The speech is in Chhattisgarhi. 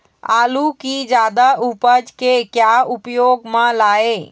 आलू कि जादा उपज के का क्या उपयोग म लाए?